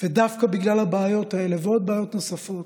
ודווקא בגלל הבעיות האלה, ועוד בעיות נוספות,